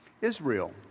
Israel